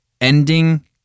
ending